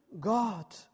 God